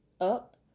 up